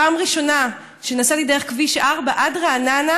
פעם ראשונה שנסעתי דרך כביש 4 עד רעננה,